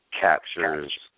captures